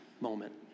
moment